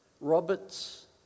Roberts